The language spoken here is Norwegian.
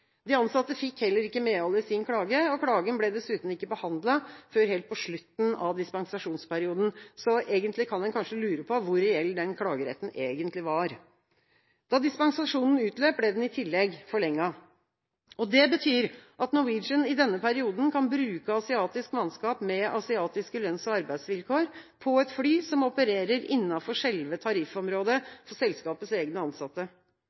De ansatte fikk heller ikke medhold i sin klage, og klagen ble dessuten ikke behandlet før helt på slutten av dispensasjonsperioden, så en kan kanskje lure på hvor reell den klageretten egentlig var. Da dispensasjonen utløp, ble den i tillegg forlenget. Det betyr at Norwegian i denne perioden kan bruke asiatisk mannskap med asiatiske lønns- og arbeidsvilkår på et fly som opererer innenfor selve tariffområdet for selskapets egne ansatte.